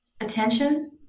Attention